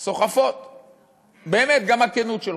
זה סוחף, באמת, גם הכנות שלך.